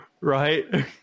Right